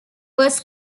was